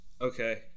Okay